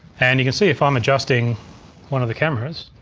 and you can see if i'm adjusting one of the cameras.